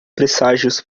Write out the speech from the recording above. presságios